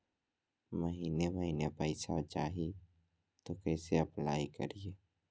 महीने महीने पैसा चाही, तो कैसे अप्लाई करिए?